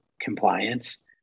compliance